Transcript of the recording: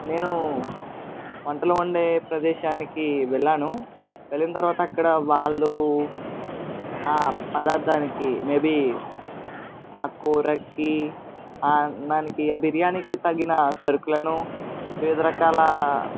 నేను వంటలు వండే ప్రదేశానికి వెళ్ళాను వెళ్ళిన తరవాత అక్కడ వాళ్ళు ఆ పదార్ధానికి మేబీ ఆ కూరకి ఆ అన్నానికి ఆ బిర్యానీకి తగిన సరుకులను వివిధ రకాల